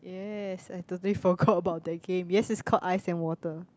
yes I totally forgot about that game yes it's called ice and water